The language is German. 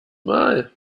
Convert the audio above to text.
mal